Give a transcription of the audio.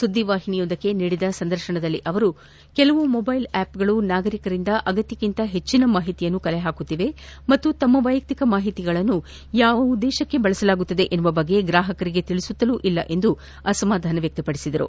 ಸುದ್ದಿವಾಹಿನಿಯೊಂದಕ್ಕೆ ನೀಡಿದ ಸಂದರ್ತನದಲ್ಲಿ ಅವರು ಕೆಲವು ಮೊಬೈಲ್ ಆ್ಯಪ್ಗಳು ನಾಗರಿಕರಿಂದ ಅಗತ್ತಕ್ಕಿಂತ ಹೆಚ್ಚನ ಮಾಹಿತಿಯನ್ನು ಕಲೆ ಹಾಕುತ್ತಿವೆ ಮತ್ತು ತಮ್ಮ ವೈಯಕ್ತಿಕ ಮಾಹಿತಿಗಳನ್ನು ಯಾವ ಉದ್ದೇಶಕ್ಕೆ ಬಳಸಲಾಗುತ್ತದೆ ಎನ್ನುವ ಬಗ್ಗೆ ಗ್ರಾಹಕರಿಗೆ ತಿಳಿಸುವುದೂ ಇಲ್ಲ ಎಂದು ಅಸಮಾಧಾನ ವ್ಯಕ್ತ ಪಡಿಸಿದರು